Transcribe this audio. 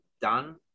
done